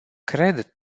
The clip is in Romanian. cred